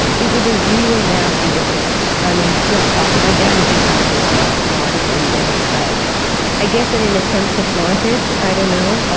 it it was a really nasty divorce. i mean, just awful. my dad had just gotten his law degree. and i i guess in an attempt to flaunt it, i don't know,